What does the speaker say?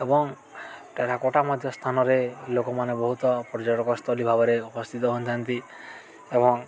ଏବଂ ଟେରାକଟା ମଧ୍ୟ ସ୍ଥାନରେ ଲୋକମାନେ ବହୁତ ପର୍ଯ୍ୟଟକସ୍ଥଳୀ ଭାବରେ ଅବସ୍ଥିତ ହୋଇଥାନ୍ତି ଏବଂ